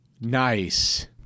Nice